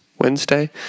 Wednesday